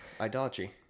Idolatry